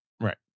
Right